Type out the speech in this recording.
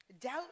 doubt